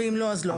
ואם לא אז לא,